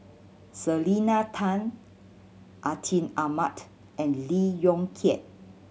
Selena Tan Atin Amat and Lee Yong Kiat